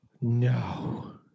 no